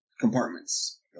compartments